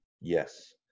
Yes